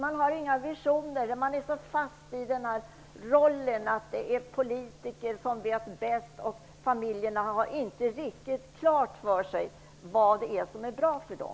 Man har inga visioner, och man är så fast i uppfattningen att politiker vet bäst och att familjerna inte har riktigt klart för sig vad som är bra för dem.